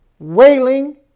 Wailing